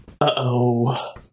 Uh-oh